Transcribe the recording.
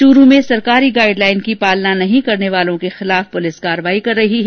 चूरू में सरकारी guideline की पालना नहीं करने वालों के खिलाफ पुलिस कार्यवाही कर रही है